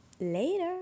Later